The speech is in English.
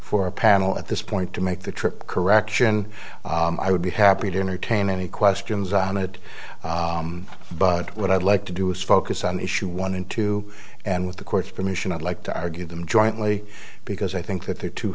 for a panel at this point to make the trip correction i would be happy to entertain any questions on it but what i'd like to do is focus on issue one in two and with the court's permission i'd like to argue them jointly because i think that the